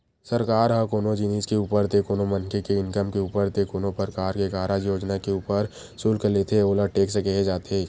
सरकार ह कोनो जिनिस के ऊपर ते कोनो मनखे के इनकम के ऊपर ते कोनो परकार के कारज योजना के ऊपर सुल्क लेथे ओला टेक्स केहे जाथे